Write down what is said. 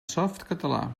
softcatalà